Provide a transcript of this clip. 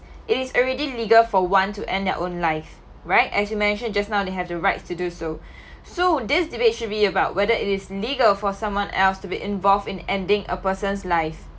it is already legal for one to end their own life right as you mentioned just now they have the rights to do so so this debate should be about whether it is legal for someone else to be involved in ending a person's life